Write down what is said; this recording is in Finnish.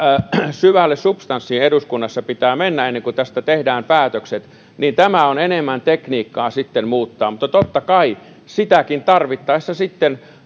syvälle substanssiin eduskunnassa pitää mennä ennen kuin tästä tehdään päätökset tämä on enemmän tekniikkaa sitten muuttaa mutta totta kai sitäkin tarvittaessa sitten